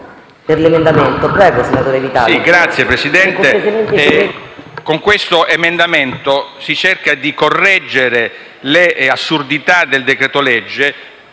Signor Presidente, con questo emendamento si cerca di correggere le assurdità del decreto-legge